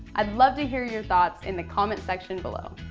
i'd love to hear your thoughts in the comment section below.